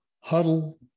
Huddle